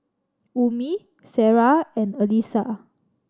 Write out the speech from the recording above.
Ummi Sarah and Alyssa